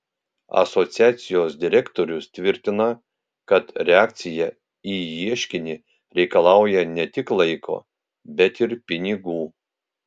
asociacijos direktorius tvirtina kad reakcija į ieškinį reikalauja ne tik laiko bet ir pinigų